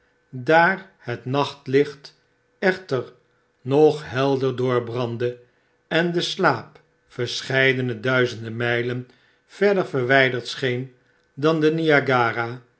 daar het nachtlicht echter nog helder doorbrandde en de slaap verscheidene duizenden mijlen verder verwijderd scheen dan de